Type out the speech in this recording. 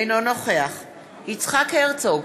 אינו נוכח יצחק הרצוג,